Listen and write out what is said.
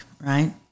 right